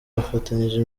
bafatanyije